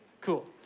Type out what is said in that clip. Cool